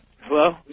Hello